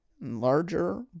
larger